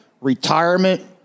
retirement